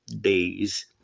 days